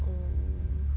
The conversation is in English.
oh